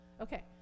Okay